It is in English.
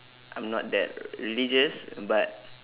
I'm not that religious but